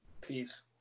Peace